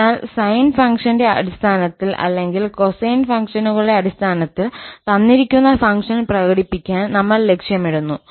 അതിനാൽ സൈൻ ഫംഗ്ഷന്റെ അടിസ്ഥാനത്തിൽ അല്ലെങ്കിൽ കൊസൈൻ ഫംഗ്ഷനുകളുടെ അടിസ്ഥാനത്തിൽ തന്നിരിക്കുന്ന ഫംഗ്ഷൻ പ്രകടിപ്പിക്കാൻ നമ്മൾ ലക്ഷ്യമിടുന്നു